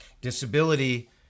Disability